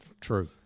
True